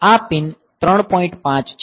5 છે તે T1P છે